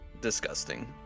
Disgusting